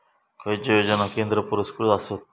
खैचे योजना केंद्र पुरस्कृत आसत?